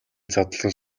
задлан